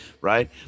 right